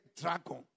dragon